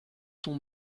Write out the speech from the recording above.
ton